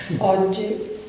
Oggi